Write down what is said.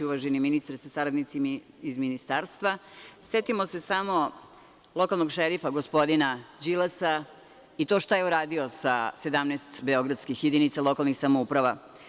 Uvaženi ministre sa saradnicima iz ministarstva, setimo se samo lokalnog šerifa, gospodina Đilasa i to šta je uradio sa 17 Beogradskih jedinica lokalnih samouprava.